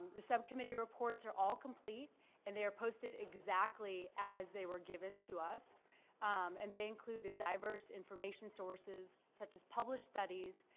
the subcommittee reports are all complete and they are posted exactly as they were given to us and they include ah diverse information sources such as published studies,